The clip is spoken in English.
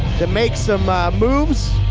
to make some moves,